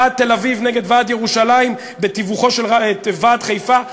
ועד תל-אביב נגד ועד ירושלים בתיווכו של ועד חיפה,